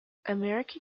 american